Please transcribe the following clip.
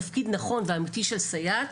תפקיד נכון ואמיתי של סייעת,